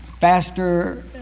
faster